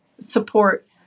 support